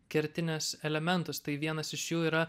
kertinius elementus tai vienas iš jų yra